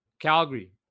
Calgary